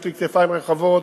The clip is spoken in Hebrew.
יש לי כתפיים רחבות,